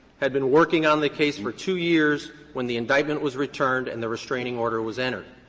had been working on the case for two years when the indictment was returned and the restraining order was entered.